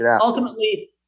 ultimately